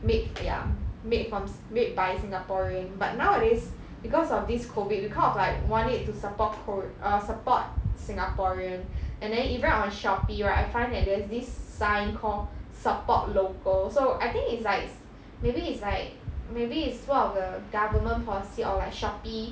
made ya made from s~ made by singaporean but nowadays because of this COVID we kind of like want it to support pro err support singaporean and they even on shopee right I find that there's this sign called support local so I think it's like s~ maybe it's like maybe it's one of the government policy or like shopee